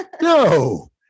No